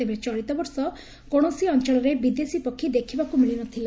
ତେବେ ଚଳିତବର୍ଷ କୌଣସି ଅଞ୍ଞଳରେ ବିଦେଶୀ ପକ୍ଷୀ ଦେଖିବାକୁ ମିଳି ନ ଥିଲା